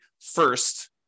first